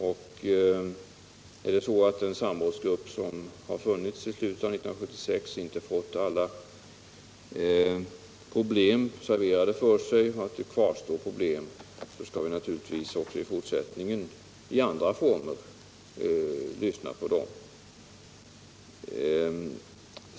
Om den samrådsgrupp som funnits till slutet av 1976 inte fått alla problem redovisade för sig och det kvarstår problem, så skall vi naturligtvis även i fortsättningen i andra former lyssna till dem.